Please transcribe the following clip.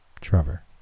Trevor